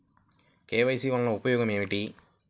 KYC వలన ఉపయోగం ఏమిటీ?